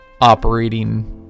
operating